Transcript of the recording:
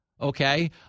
Okay